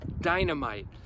dynamite